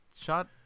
shot